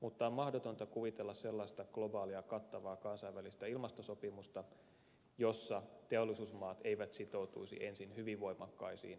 mutta on mahdotonta kuvitella sellaista globaalia kattavaa kansainvälistä ilmastosopimusta jossa teollisuusmaat eivät sitoutuisi ensin hyvin voimakkaisiin päästövähennyksiin